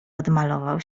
odmalował